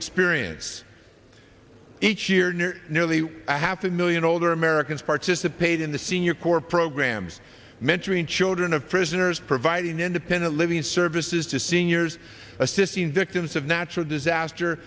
experience each year nearly a half a million older americans participate in the senior corps programs mentoring children of prisoners providing independent living services to seniors assisting victims of natural disaster